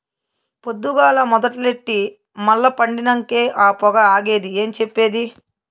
పొద్దుగాల మొదలెట్టి మల్ల పండినంకే ఆ పొగ ఆగేది ఏం చెప్పేది